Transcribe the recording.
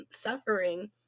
suffering